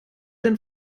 denn